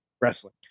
wrestling